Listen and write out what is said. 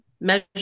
measure